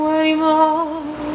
anymore